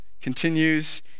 continues